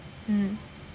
mm